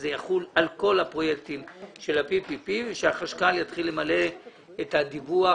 זה יחול על כל הפרויקטים של ה-PPP והחשב הכללי יתחיל למלא את הדיווח,